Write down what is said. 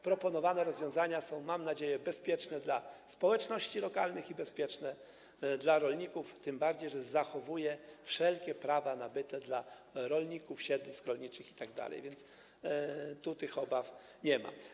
Proponowane rozwiązania są, mam nadzieję, bezpieczne dla społeczności lokalnych i bezpieczne dla rolników, tym bardziej że zachowuje się wszelkie prawa nabyte rolników, siedlisk rolniczych i tak dalej, więc tu tych obaw nie ma.